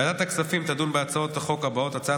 ועדת הכספים תדון בהצעות החוק הבאות: 1. הצעת